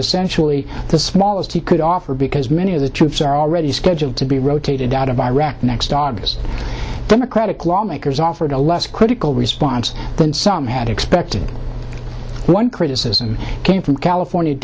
essentially the smallest he could offer because many of the troops are already scheduled to be rotated out of iraq next august democratic lawmakers offered a less critical response than some had expected one criticism came from california